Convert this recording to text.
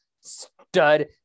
stud